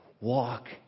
Walk